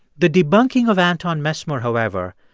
the debunking of anton mesmer, however,